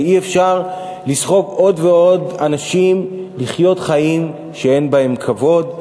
ואי-אפשר לסחוב עוד ועוד אנשים לחיות חיים שאין בהם כבוד.